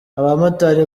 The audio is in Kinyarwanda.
abamotari